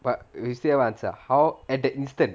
but we still answer how at that instant